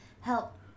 help